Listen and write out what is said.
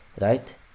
right